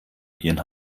ihren